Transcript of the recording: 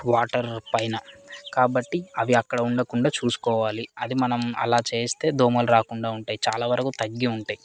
water పైన కాబట్టి అవి అక్కడ ఉండకుండా చూసుకోవాలి అది మనం అలా చేస్తే దోమలు రాకుండా ఉంటాయి చాలా వరకు తగ్గి ఉంటాయి